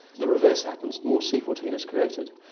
the reverse happens, more c fourteen is created.